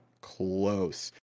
close